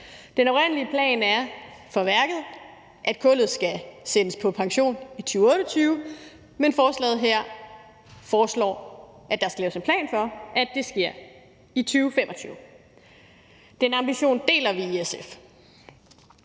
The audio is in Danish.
Den oprindelige plan for værket er, at kullet skal sendes på pension i 2028, men forslaget her foreslår, at der skal laves en plan for, at det sker i 2025. Den ambition deler vi i SF.